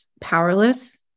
powerless